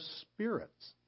spirits